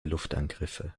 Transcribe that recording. luftangriffe